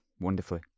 Wonderfully